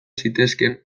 zitezkeen